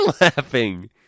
laughing